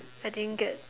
I didn't get